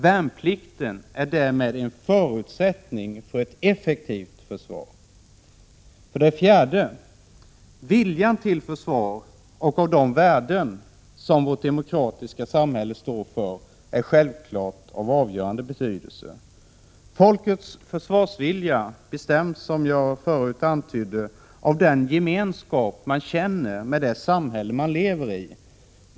Värnplikten är därmed en förutsättning för ett effektivt försvar. För det fjärde är viljan till försvar av de värden som vårt demokratiska samhälle står för självklart av avgörande betydelse. Folkets försvarsvilja bestäms, som jag förut antydde, av den gemenskap man känner med det samhälle man lever i.